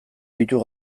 ditu